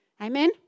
Amen